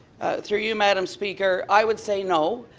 through you madam speaker, i would say no.